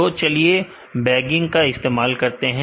तो चलिए बैगिंग का इस्तेमाल करते हैं